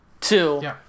Two